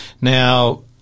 Now